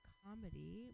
comedy